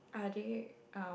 are they uh